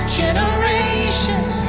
generations